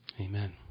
Amen